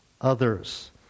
others